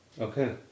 Okay